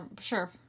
sure